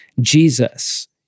Jesus